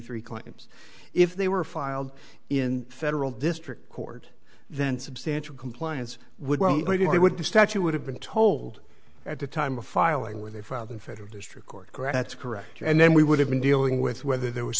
claims if they were filed in federal district court then substantial compliance would only be would the statue would have been told at the time of filing where they found in federal district court gratz correct and then we would have been dealing with whether there was